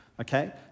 Okay